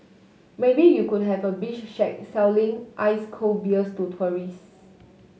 maybe you could have a beach shack selling ice cold beers to tourists